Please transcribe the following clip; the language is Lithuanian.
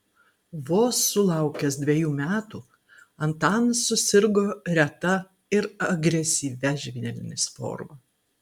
vos sulaukęs dvejų metų antanas susirgo reta ir agresyvia žvynelinės forma